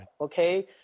Okay